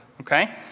okay